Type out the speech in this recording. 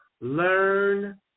Learn